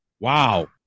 Wow